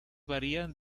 varían